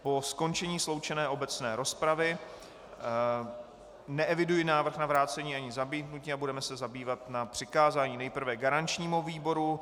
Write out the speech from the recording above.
Po skončení sloučené obecné rozpravy neeviduji návrh na vrácení ani zamítnutí a budeme se zabývat návrhy na přikázání nejprve garančnímu výboru.